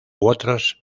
otros